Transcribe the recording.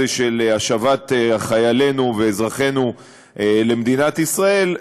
של השבת חיילינו ואזרחינו למדינת ישראל,